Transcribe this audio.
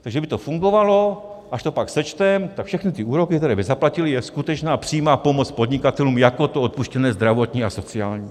Takže kdyby to fungovalo, až to pak sečteme, tak všechny úroky, které by zaplatil, je skutečná přímá pomoc podnikatelům jako to odpuštěné zdravotní a sociální.